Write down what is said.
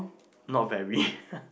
not very